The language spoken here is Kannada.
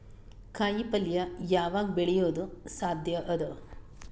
ಕಾಯಿಪಲ್ಯ ಯಾವಗ್ ಬೆಳಿಯೋದು ಸಾಧ್ಯ ಅದ?